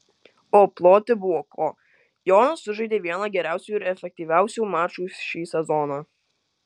o ploti buvo ko jonas sužaidė vieną geriausių ir efektyviausių mačų šį sezoną